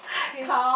okay